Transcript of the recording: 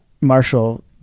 Marshall